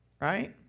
Right